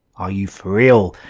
are you for real?